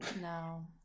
no